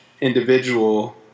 individual